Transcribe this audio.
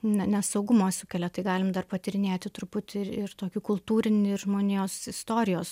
ne nesaugumą sukelia tai galim dar patyrinėti truputį ir ir tokį kultūrinį žmonijos istorijos